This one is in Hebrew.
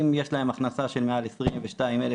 אם יש להם הכנסה של מעל 22 אלף,